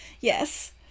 Yes